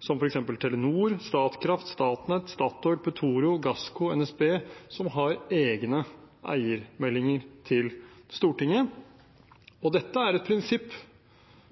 f.eks. Telenor, Statkraft, Statnett, Statoil, Petoro, Gassco, NSB – som har egne eiermeldinger til Stortinget. Dette er et prinsipp